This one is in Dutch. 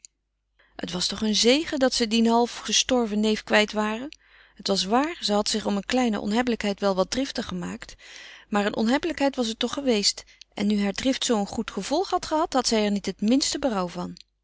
het was toch een zegen dat ze dien half gestorven neef kwijt waren het was waar ze had zich om een kleine onhebbelijkheid wel wat driftig gemaakt maar een onhebbelijkheid was het toch geweest en nu haar drift zoo een goed gevolg had gehad had zij er niet het minste berouw van